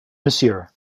monsieur